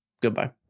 Goodbye